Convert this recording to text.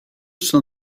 sono